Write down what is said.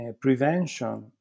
prevention